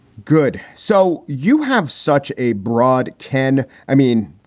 good. so you have such a broad, ken. i mean,